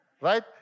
Right